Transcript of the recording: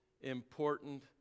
important